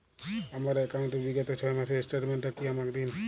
আমার অ্যাকাউন্ট র বিগত ছয় মাসের স্টেটমেন্ট টা আমাকে দিন?